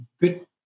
good